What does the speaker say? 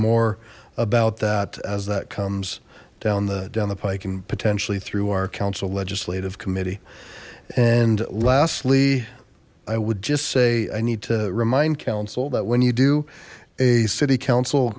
more about that as that comes down the down the pike and potentially through our council legislative committee and lastly i would just say i need to remind council that when you do a city council